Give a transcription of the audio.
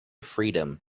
freedom